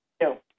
No